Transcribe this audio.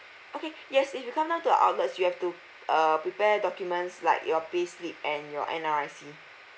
okay yes if you come down to outlet you have to err prepare documents like your payslip and your N_R_I_C